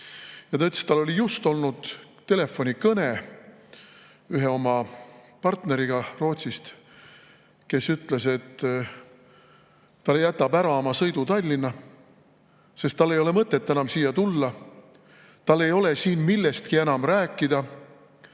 Ta ütles, et tal oli just olnud telefonikõne ühe oma partneriga Rootsist, kes ütles, et ta jätab ära oma sõidu Tallinna, sest tal ei ole mõtet enam siia tulla, tal ei ole siin millestki enam rääkida,